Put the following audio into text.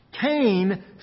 Cain